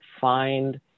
find